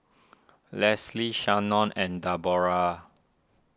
Lesli Shanon and Debora